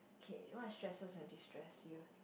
okay what stresses or destress you